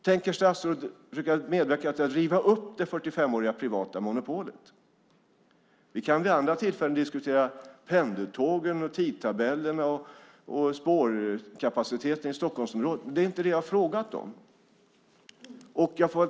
Tänker statsrådet försöka medverka till att riva upp det 45-åriga privata monopolet? Vi kan vid andra tillfällen diskutera pendeltågen, tidtabellerna och spårkapaciteten i Stockholmsområdet. Det är inte det jag har frågat om.